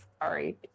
sorry